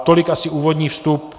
Tolik asi úvodní vstup.